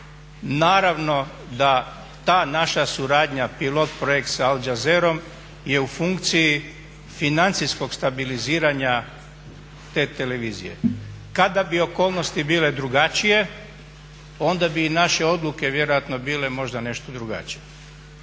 Naravno da ta naša suradnja pilot-projekt sa Al-jazeerom je u funkciji financijskog stabiliziranja te televizije. Kada bi okolnosti bile drugačije onda bi i naše odluke vjerojatno bile možda nešto drugačije.